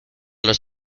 los